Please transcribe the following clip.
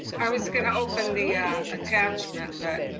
i was gonna open the attachment that